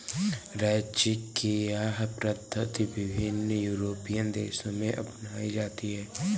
ranching की यह पद्धति विभिन्न यूरोपीय देशों में अपनाई जाती है